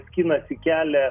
skinasi kelią